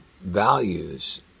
values